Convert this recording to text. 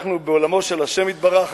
אנחנו בעולמו של השם יתברך,